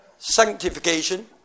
Sanctification